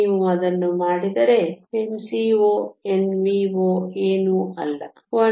ನೀವು ಅದನ್ನು ಮಾಡಿದರೆ Nco Nvo ಏನೂ ಅಲ್ಲ 1